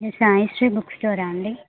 ఇది సాయి శ్రీ బుక్ స్టోరా అండి